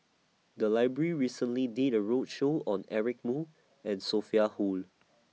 The Library recently did A roadshow on Eric Moo and Sophia Hull